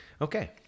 Okay